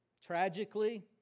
Tragically